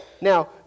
Now